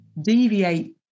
deviate